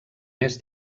més